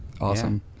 awesome